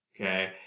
Okay